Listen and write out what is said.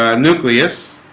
ah nucleus